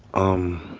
um.